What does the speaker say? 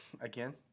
again